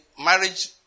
marriage